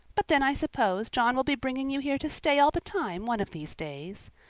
but then i suppose john will be bringing you here to stay all the time one of these days.